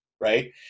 right